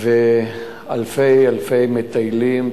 אלפי-אלפי מטיילים,